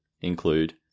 include